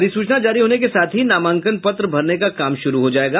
अधिसूचना जारी होने के साथ ही नामांकन पत्र भरने का काम शुरू हो जायेगा